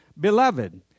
Beloved